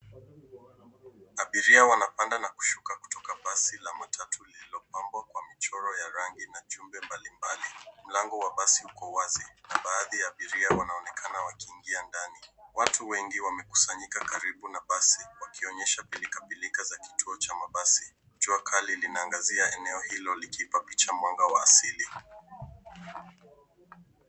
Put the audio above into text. Abiria wanapanda na kushuka kutoka basi la matatu lililopambwa kwa michoro ya rangi na michoro mbali mbali. Mlango wa basi uko wazi. Baadhi ya abiria wanaonekana wakiingia ndani. Watu wengi wamekusanyika karibu na basi wakionyesha pilka pilka za kituo cha mabasi. Jua kali linaangazia eneo hilo likimpa picha mwanga wa asili.